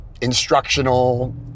instructional